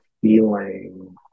feeling